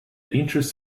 interest